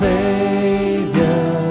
Savior